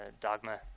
Dogma